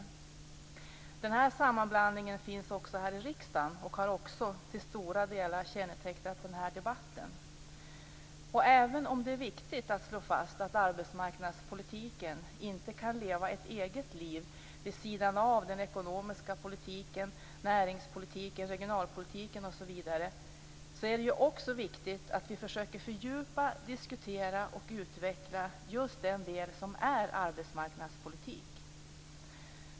Denna sammanblandning finns också här i riksdagen och har till stor del kännetecknat den här debatten. Även om det är viktigt att slå fast att arbetsmarknadspolitiken inte kan leva ett eget liv vid sidan av den ekonomiska politiken, näringspolitiken, regionalpolitiken osv. är det också av betydelse att vi försöker fördjupa, diskutera och utveckla just den del som är arbetsmarknadspolitik.